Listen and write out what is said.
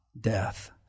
death